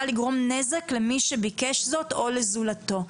לגרום נזקר למי שביקש זאת או לזולתו".